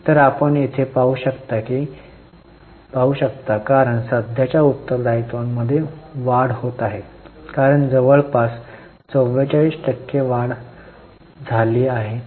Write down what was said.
तर आपण येथे पाहू शकता कारण सध्याच्या उत्तरदायित्वांमध्ये वाढ होत आहे कारण जवळपास 44 टक्के वाढ झाली आहे